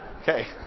Okay